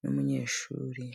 n'umunyeshuri.